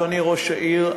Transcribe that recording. אדוני ראש העיר,